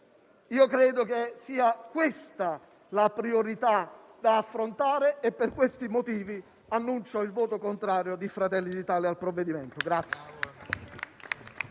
Credo che sia questa la priorità da affrontare e per questi motivi annuncio il voto contrario di Fratelli d'Italia al provvedimento.